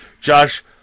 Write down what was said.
Josh